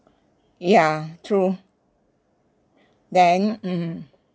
ya true then mm